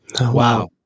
Wow